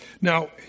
Now